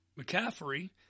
McCaffrey